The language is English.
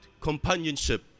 companionship